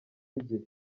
igihe